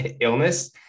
illness